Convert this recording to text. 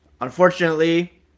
Unfortunately